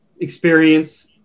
experience –